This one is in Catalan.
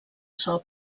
sol